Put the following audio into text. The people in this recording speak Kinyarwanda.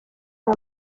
aya